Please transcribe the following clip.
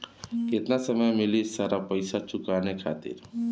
केतना समय मिली सारा पेईसा चुकाने खातिर?